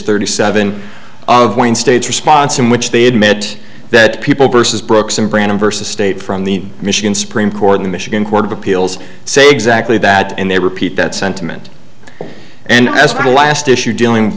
thirty seven point state's response in which they admit that people versus brooks and brandon versus state from the michigan supreme court the michigan court of appeals say exactly that and they repeat that sentiment and as for the last issue dealing